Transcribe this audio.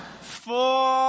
Four